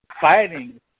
fighting